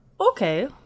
Okay